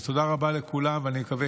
אז תודה רבה לכולם, ואני מקווה